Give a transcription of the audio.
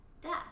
death